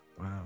wow